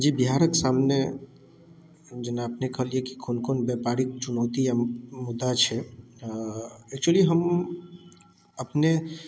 जी बिहारक सामने जेना अपने कहलियै कि कोन कोन व्यापारिक चुनौती या मु मुद्दा छै एक्चुअली हम अपने